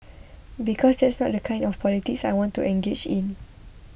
because that's not the kind of the politics I want to engage in